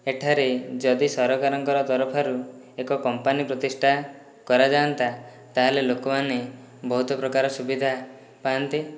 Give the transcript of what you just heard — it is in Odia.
ଏଠାରେ ଯଦି ସରକାରଙ୍କର ତରଫରୁ ଏକ କମ୍ପାନୀ ପ୍ରତିଷ୍ଠା କରାଯାଆନ୍ତା ତାହେଲେ ଲୋକମାନେ ବହୁତ ପ୍ରକାର ସୁବିଧା ପାଆନ୍ତେ